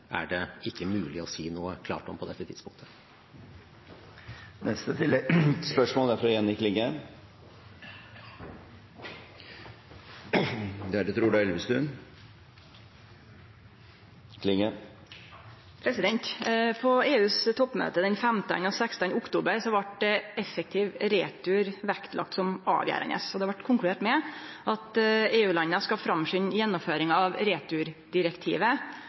er det ikke mulig å si noe klart om på dette tidspunktet. Jenny Klinge – til oppfølgingsspørsmål. På EU-toppmøtet 15.–16. oktober vart effektiv retur vektlagd som avgjerande. Det vart konkludert med at EU-landa skal framskunde gjennomføringa av returdirektivet,